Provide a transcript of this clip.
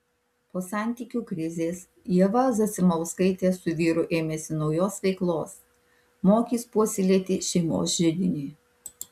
po santykių krizės ieva zasimauskaitė su vyru ėmėsi naujos veiklos mokys puoselėti šeimos židinį